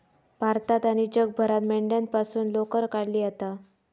भारतात आणि जगभरात मेंढ्यांपासून लोकर काढली जाता